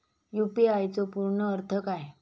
UPI चो पूर्ण अर्थ काय?